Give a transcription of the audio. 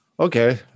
Okay